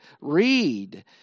Read